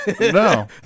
No